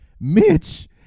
Mitch